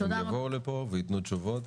הם יבואו לפה וייתנו תשובות